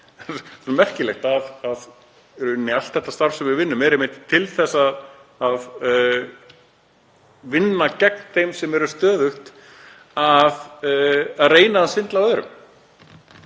Það er merkilegt að í rauninni er allt þetta starf sem við vinnum einmitt til þess að vinna gegn þeim sem eru stöðugt að reyna að svindla á öðrum.